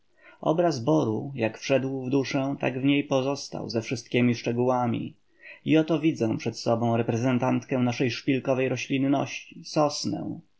obraz boru jak wszedł w duszę tak w niej pozostał ze wszystkiemi szczegółami i oto widzę przed sobą reprezentantkę naszej szpilkowej roślinności sosnę